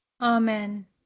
Amen